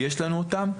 יש לנו אותם.